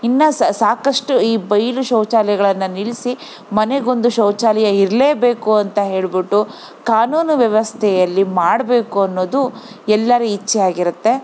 ಇನ್ನು ಸಾಕಷ್ಟು ಈ ಬೈಯಲು ಶೌಚಾಲಯಗಳನ್ನು ನಿಲ್ಲಿಸಿ ಮನೆಗೊಂದು ಶೌಚಾಲಯ ಇರಲೇಬೇಕು ಅಂತ ಹೇಳ್ಬಿಟ್ಟು ಕಾನೂನು ವ್ಯವಸ್ಥೆಯಲ್ಲಿ ಮಾಡಬೇಕು ಅನ್ನೋದು ಎಲ್ಲರ ಇಚ್ಛೆ ಆಗಿರುತ್ತೆ